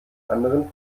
anderen